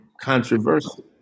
controversial